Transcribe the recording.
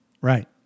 right